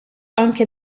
anche